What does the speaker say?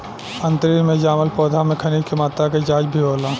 अंतरिक्ष में जामल पौधा में खनिज के मात्रा के जाँच भी होला